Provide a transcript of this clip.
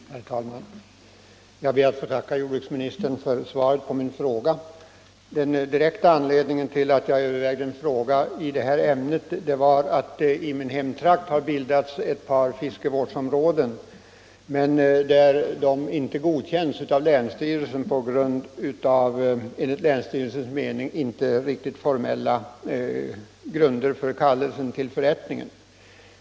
Herr talman! Jag ber att få tacka jordbruksministern för svaret på min fråga. Den direkta anledningen till att jag övervägde en fråga i detta ärende är att i mina hemtrakter bildats ett par fiskevårdsområden som emellertid inte godkänts av länsstyrelsen på grund av att kallelsen till förrättningen enligt länsstyrelsens mening inte skett på formellt riktiga grunder.